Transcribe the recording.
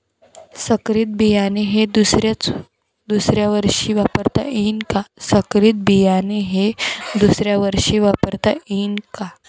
संकरीत बियाणे हे दुसऱ्यावर्षी वापरता येईन का?